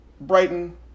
Brighton